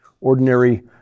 ordinary